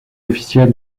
officielle